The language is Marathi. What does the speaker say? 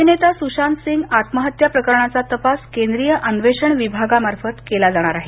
अभिनेता सुशांत सिंग आत्महत्या प्रकरणाचा तपास केंद्रीय अन्वेषण विभागामार्फत केला जाणार आहे